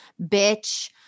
bitch-